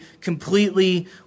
completely